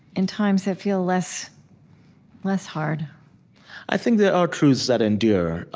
in times that feel less less hard i think there are truths that endure.